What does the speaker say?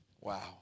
Wow